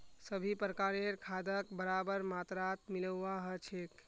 सभी प्रकारेर खादक बराबर मात्रात मिलव्वा ह छेक